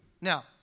Now